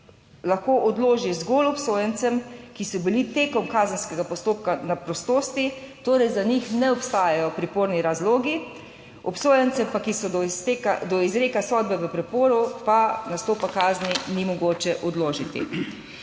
lahko odloži zgolj obsojencem, ki so bili tekom kazenskega postopka na prostosti, torej za njih ne obstajajo priporni razlogi. Obsojencem, ki so do izreka sodbe v priporu, pa nastopa kazni ni mogoče odložiti.